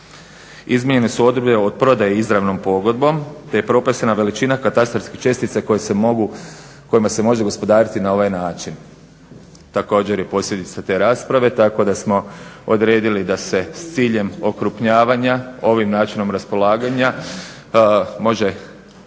Izmijenjene su odredbe od prodaje izravnom pogodbom, te je propisana veličina katastarskih čestica koje se mogu, kojima se može gospodariti na ovaj način. Također, je posljedica te rasprave tako da samo odredili da se s ciljem okrupnjavanja ovim načinom raspolaganja može